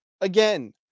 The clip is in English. Again